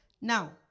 Now